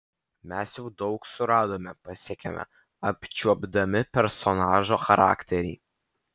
mes jau daug suradome pasiekėme apčiuopdami personažo charakterį